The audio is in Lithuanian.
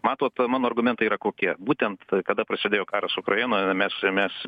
matot mano argumentai yra kokie būtent kada prasidėjo karas ukrainoje mes mes